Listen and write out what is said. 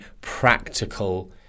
practical